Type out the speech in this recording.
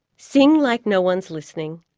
sing like no one's listening,